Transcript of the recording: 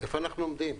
איפה אנחנו עומדים?